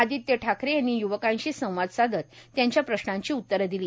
आदित्य ठाकरे यांनी युवकांशी संवाद साधत त्यांच्या प्रश्नांची उत्तरे दिली